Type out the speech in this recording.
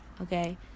Okay